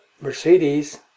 Mercedes